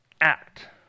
act